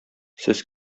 сез